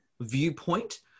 viewpoint